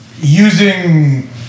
using